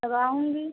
तब आऊँगी